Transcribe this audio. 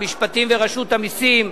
המשפטים ורשות המסים,